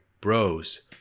bros